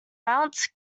mount